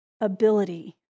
ability